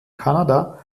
kanada